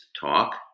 talk